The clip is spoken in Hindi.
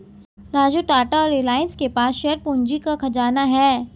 राजू टाटा और रिलायंस के पास शेयर पूंजी का खजाना है